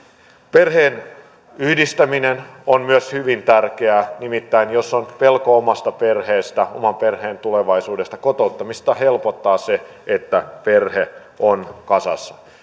perheenyhdistäminen on myös hyvin tärkeää nimittäin jos on pelko omasta perheestä oman perheen tulevaisuudesta kotouttamista helpottaa se että perhe on kasassa